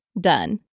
done